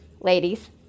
ladies